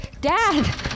Dad